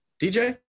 DJ